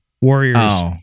Warriors